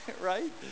right